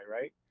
right